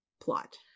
plot